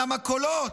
ולמכולות?